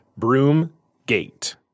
Broomgate